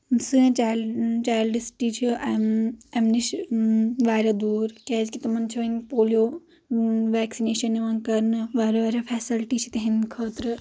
سٲنۍ چا child city چھِ امۍ امہِ نِش واریاہ دوٗر کیازکہِ تِمن چھِ وۄنۍ پولِیو ویکسنیشن یِوان کرنہٕ واریاہ واریاہ فیسلٹی چھِ تہنٛدِ خٲطرٕ